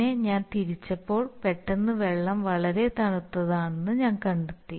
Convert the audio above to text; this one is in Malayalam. പിന്നെ ഞാൻ തിരിച്ചപ്പോൾ പെട്ടെന്ന് വെള്ളം വളരെ തണുത്തതാണെന്ന് ഞാൻ കണ്ടെത്തി